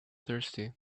thirsty